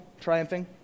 triumphing